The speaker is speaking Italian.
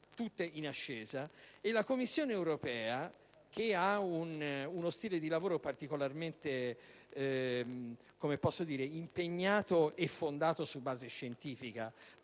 tutte in ascesa